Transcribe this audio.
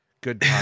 Good